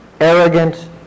arrogant